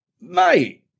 Mate